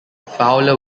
fowler